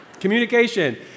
Communication